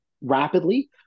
rapidly